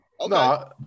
No